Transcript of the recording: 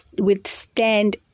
withstand